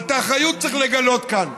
אבל את האחריות צריך לגלות כאן.